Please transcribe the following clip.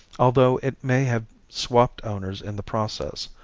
although it may have swapped owners in the process.